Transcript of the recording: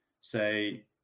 say